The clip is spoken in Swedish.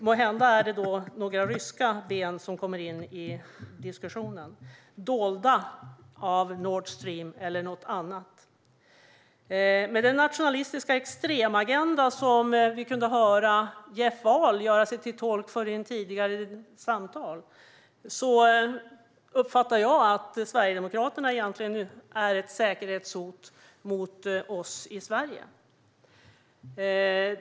Måhända är det några ryska ben som kommer in i diskussionen, dolda av Nordstream eller något annat. Med den nationalistiska extremagenda som vi kunde höra Jeff Ahl göra sig till tolk för i ett tidigare samtal uppfattar jag att Sverigedemokraterna egentligen är ett säkerhetshot mot oss i Sverige.